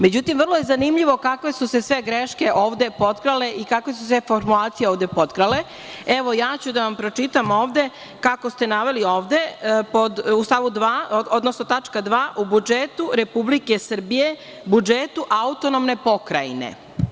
Međutim, vrlo je zanimljivo kakve su se sve greške ovde potkrale, i kakve su se sve formulacije ovde potkrale, evo, ja ću da vam pročitam ovde, kako ste naveli ovde u stavu 2. odnosno, tačka 2) u budžetu Republike Srbije, budžetu AP.